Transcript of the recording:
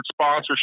sponsorship